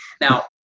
now